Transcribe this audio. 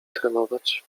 trenować